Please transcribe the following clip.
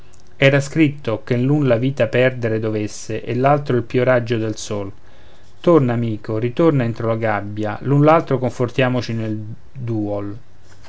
era scritto che l'un la vita perdere dovesse e l'altro il pio raggio del sol torna amico ritorna entro la gabbia l'un l'altro confortiamoci nel duol